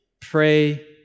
pray